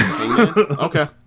Okay